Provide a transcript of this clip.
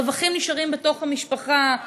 הרווחים נשארים בתוך המשפחה,